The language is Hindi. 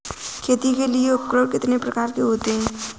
खेती के लिए उपकरण कितने प्रकार के होते हैं?